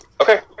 Okay